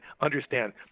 understand